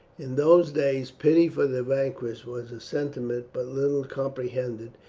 in those days pity for the vanquished was a sentiment but little comprehended,